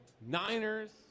Niners